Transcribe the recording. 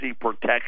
protection